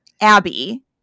Abby